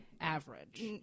average